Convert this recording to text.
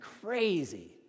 crazy